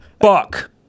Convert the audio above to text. Fuck